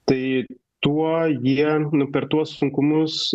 tai tuo jie nu per tuos sunkumus